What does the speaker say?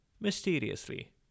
Mysteriously